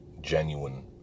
genuine